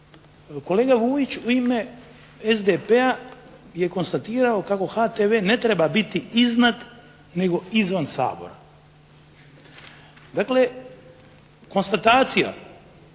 kolega Vujić u ime SDP-a je konstatirao kako HTV ne treba biti iznad nego izvan Sabora. Dakle, konstatacija